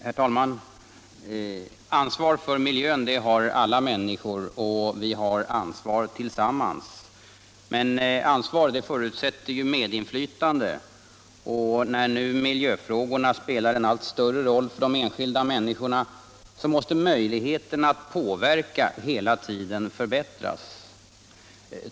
Herr talman! Ansvar för miljön har alla människor — och vi har ansvar tillsammans. Men ansvar förutsätter medinflytande. När nu miljöfrågorna spelar en allt större roll för de enskilda människorna måste möjligheterna att påverka hela tiden förbättras.